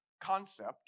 concept